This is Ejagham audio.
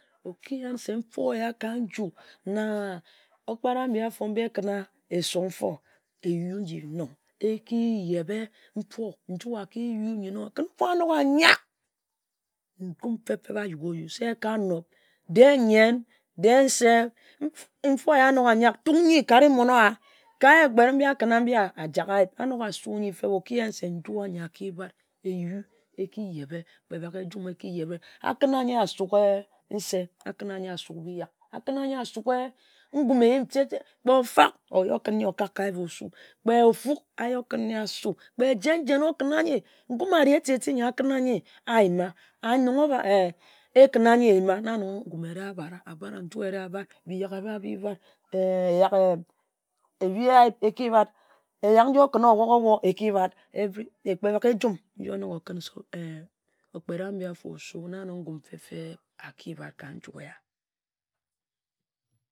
Oki yen se nfo eya ka nju na ogbara ambi mbi ekǝn-na esuk nfo, eyue nji nor eki fam, eki yebe, ka nju kǝn nfo anok a yak, nju feb-feb auk-o-ue, eka nob. De-e nyen, de-e nse, nfo ehye anok a yak utk nyi kare mon-owa, kai ogbe mbi a kǝnna ajak ayip, anok asu nyi feb, oki-en se nju anyi a ki bhat. Eyu eki yebe kpe bak ejum, eki yebe a kǝna nyi asuk ee nsie, a kǝnna nyi asuk bi-yak a kǝnna nyi asuk ngum feb-feb, kpe ofak, o-yi okǝn nyi okak ka ayip osu. Kpe ofuk ayi okǝn nyi asu, kpe jen, jen okǝn-na nyi, ngum ari ete-ti akǝnna nyi ayima ee na nong ekǝnna nyi eyi-ma na nong ngum ere abhara nju ere abhat, bi yak eba bi bhat na ee eyak nji okǝnna oyok o-yor eki bhat kpe bak ejum ee okpere-abi osu, na nong ngum fe-feeb a ki bhat ka nju eya.